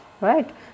right